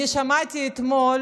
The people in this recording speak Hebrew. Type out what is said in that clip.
אתמול